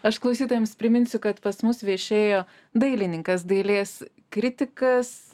aš klausytojams priminsiu kad pas mus viešėjo dailininkas dailės kritikas